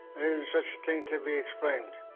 such a thing to be explained